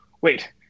wait